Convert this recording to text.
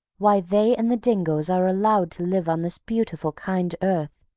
why they and the dingoes are allowed to live on this beautiful kind earth.